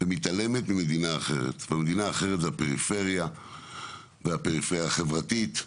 אבל מתעלם ממדינה אחרת: הפריפריה והפריפריה החברתית,